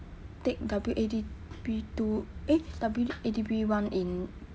take W_A_D_P two eh W_A_D_P one in